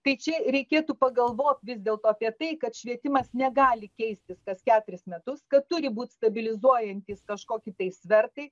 tai čia reikėtų pagalvot vis dėlto apie tai kad švietimas negali keistis kas keturis metus kad turi būt stabilizuojantys kažkokį tai svertai